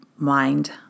Mind